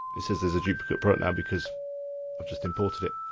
it says there's a duplicate product now because i've just imported it.